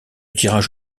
tirage